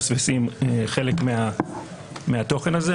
מפספסים חלק מהתוכן הזה.